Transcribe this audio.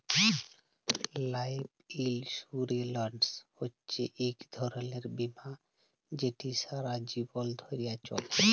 life insurance হছে ইক ধরলের বীমা যেট সারা জীবল ধ্যরে চলে